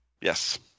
Yes